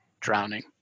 drowning